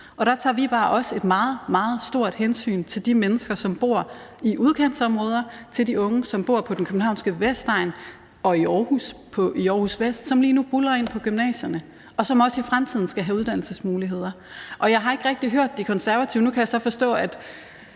vi bare også et meget, meget stort hensyn til de mennesker, som bor i udkantsområder, og til de unge, som bor på den københavnske vestegn og i Aarhus Vest, og som lige nu buldrer ind på gymnasierne, og som også i fremtiden skal have uddannelsesmuligheder. Nu kan jeg så forstå, at De Konservative